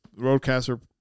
roadcaster